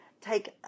take